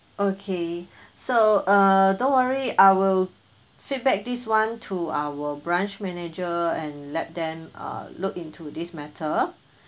okay so uh don't worry I will feedback this [one] to our branch manager and let them uh look into this matter